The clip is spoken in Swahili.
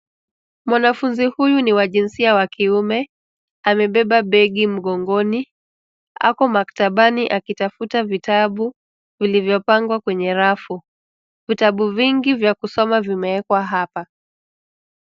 Mwanafunzi huyu ni wa jinsia wa kiume. Amebeba begi mgongoni. Ako maktabani akitafuta vitabu vilivyopangwa kwenye rafu. Vitabu vingi vya kusoma vimewekwa hapa.